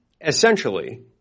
essentially